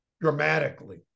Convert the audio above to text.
dramatically